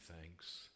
thanks